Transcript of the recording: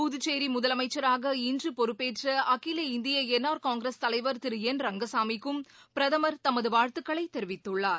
புதுச்சேரி முதலமைச்சராக இன்று பொறுப்பேற்ற அகில இந்திய என் ஆர் காங்கிரஸ் தலைவர் திரு என் ரங்கசாமிக்கும் பிரதமர் தமது வாழ்த்துக்களை தெரிவித்துள்ளார்